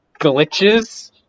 glitches